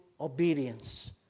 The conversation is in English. obedience